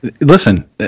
Listen